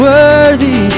Worthy